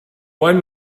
one